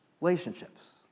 relationships